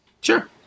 Sure